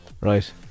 Right